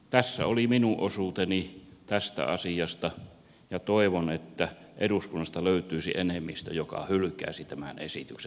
tässä oli minun osuuteni tästä asiasta ja toivon että eduskunnasta löytyisi enemmistö joka hylkäisi tämän esityksen